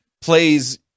plays